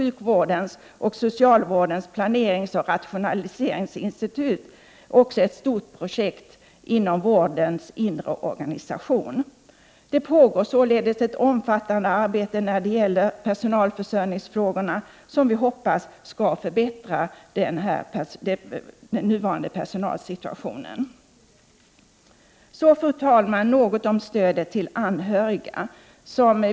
Bjukvårdens och socialvårdens planeringsoch rationaliseringsinstitut har också inom ramen för ett stort projekt om vårdens inre organisation arbetat med personalrekryteringsfrågorna. Det pågår således ett omfattande arbete när det gäller personalförsörjningsfrågorna, som vi hoppas skall förbättra nuvarande personalsituation. Så, fru talman, något om stödet till anhöriga.